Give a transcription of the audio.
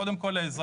קודם כל האזרח,